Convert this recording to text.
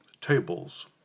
tables